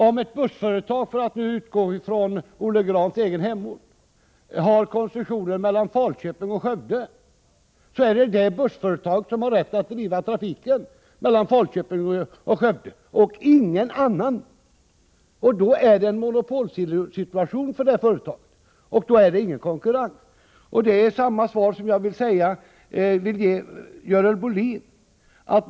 Om ett bussföretag— för att utgå från Olle Grahns egen hemort — har koncession för trafiken mellan Falköping och Skövde, är det det bussföretaget som har rätt att driva trafiken mellan Falköping och Skövde och inget annat! Då föreligger en monopolsituation för det företaget, och det finns ingen konkurrens. Samma svar vill jag ge Görel Bohlin.